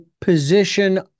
position